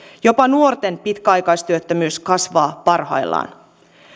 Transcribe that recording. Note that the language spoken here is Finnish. jopa nuorten pitkäaikaistyöttömyys kasvaa parhaillaan